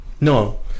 no